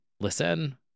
listen